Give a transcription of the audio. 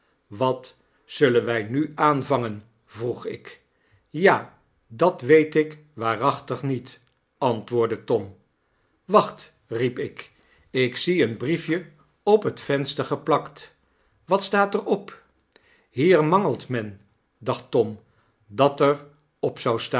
wat zullen wy nu aanvangen vroeg ik ja dat weet ikwaarachtig niet antwoordde tom wacht riep ik ik zie een briefjeophet venster geplakt wat staat er op hier mangelt men dacht tom dat er op zou staan